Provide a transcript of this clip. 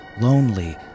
Lonely